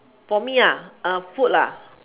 for me food